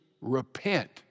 repent